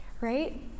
right